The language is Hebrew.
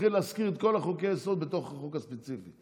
ומתחיל להזכיר את כל חוקי-היסוד בתוך החוק הספציפי.